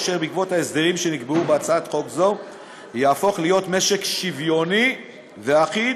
אשר בעקבות ההסדרים שנקבעו בהצעת חוק זו יהפוך להיות משק שוויוני ואחיד,